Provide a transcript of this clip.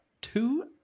two